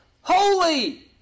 holy